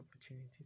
opportunity